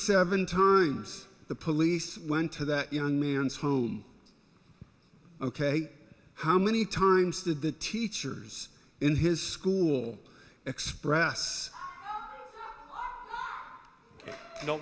seven times the police went to that young man's home ok how many times did the teachers in his school express